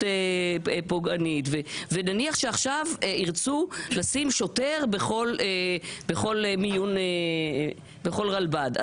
פוגענית נניח שירצו עכשיו לשים שוטר בכל רלב"ד.